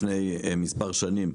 לפני מספר שנים,